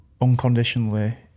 unconditionally